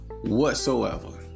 whatsoever